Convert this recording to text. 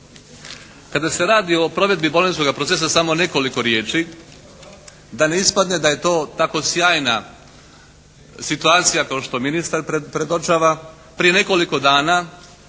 Kada se radi o provedbi Bolonjskoga procesa samo nekoliko riječi da ne ispadne da je to tako sjajna situacija kao što ministar predočava. Prije nekoliko dana